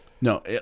No